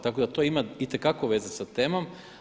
Tako da to ima itekako veze sa temom.